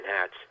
hats